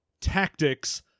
tactics